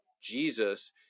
Jesus